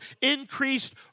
increased